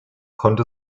konnte